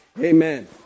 Amen